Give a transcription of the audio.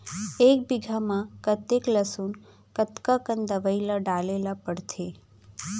एक बीघा में कतेक लहसुन कतका कन दवई ल डाले ल पड़थे?